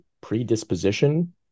predisposition